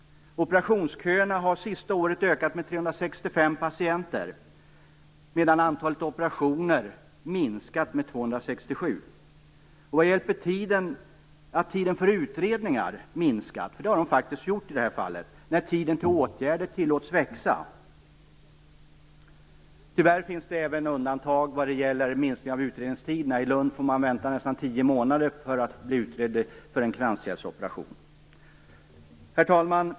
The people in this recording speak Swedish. Operationsköerna har det senaste året ökat med - det har de faktiskt gjort - när tiden till åtgärder tillåts växa? Tyvärr finns det undantag även när det gäller minskning av utredningstiderna. I Lund får man vänta nästan tio månader för att bli utredd för en kranskärlsoperation. Herr talman!